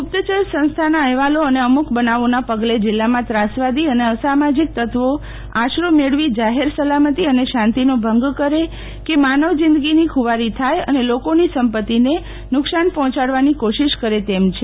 ગુપ્તચરા સંસ્થાના અહેવાલો અને અમુક બનાવોના પ્રગલે જિલ્લામાં ત્રાસવાદી અને અસામાજીક તત્વો આશરો મેળવી જાહેર સલામતી અને શાંતિનો ભંગ કરે કે માનવ જીંદગીની ખુવારી થાથ અને લોકોની સંપતિને નુકશાન પહોંચાંડવાની કોશિષ કરે તેમ છે